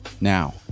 now